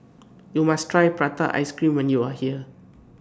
YOU must Try Prata Ice Cream when YOU Are here